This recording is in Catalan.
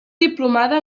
diplomada